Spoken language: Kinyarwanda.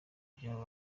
by’aba